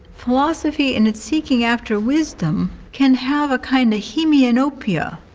philosophy and its seeking after wisdom can have a kind of hemianopia,